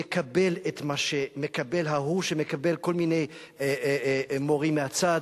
יקבל את מה שמקבל ההוא שמקבל כל מיני מורים מהצד,